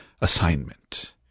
assignment